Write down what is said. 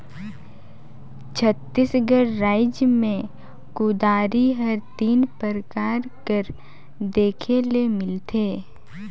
छत्तीसगढ़ राएज मे कुदारी हर तीन परकार कर देखे ले मिलथे